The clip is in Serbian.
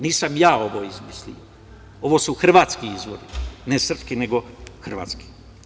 Nisam ja ovo izmislio ovo su hrvatski izvor, ne srpski nego hrvatski.